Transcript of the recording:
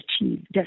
achieved